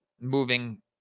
moving